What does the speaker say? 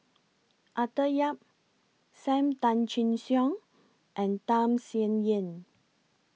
Arthur Yap SAM Tan Chin Siong and Tham Sien Yen